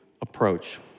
approach